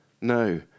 No